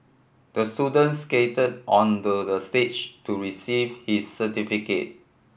the student skated onto the stage to receive his certificate